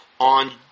on